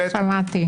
כך שמעתי.